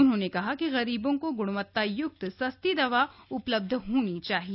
उन्होंने कहा कि गरीबों को गुणवत्तायुक्त सस्ती दवा उपलब्ध होनी चाहिए